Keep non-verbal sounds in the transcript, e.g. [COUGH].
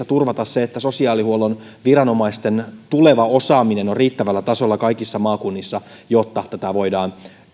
[UNINTELLIGIBLE] turvata se että sosiaalihuollon viranomaisten tuleva osaaminen on riittävällä tasolla kaikissa maakunnissa jotta tätä voidaan